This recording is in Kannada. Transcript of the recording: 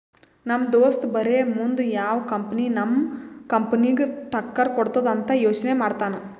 ನಮ್ ದೋಸ್ತ ಬರೇ ಮುಂದ್ ಯಾವ್ ಕಂಪನಿ ನಮ್ ಕಂಪನಿಗ್ ಟಕ್ಕರ್ ಕೊಡ್ತುದ್ ಅಂತ್ ಯೋಚ್ನೆ ಮಾಡ್ತಾನ್